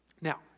Now